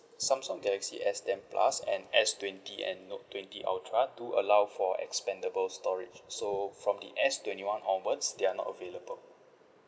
Samsung galaxy S ten plus and S twenty and note twenty ultra to allow for expendable storage so from it as the s twenty one onwards they are not available